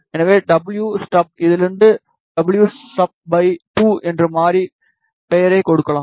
எனவே W stub இதிலிருந்து W sub 2 என மாறி பெயரைக் கொடுக்கலாம்